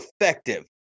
effective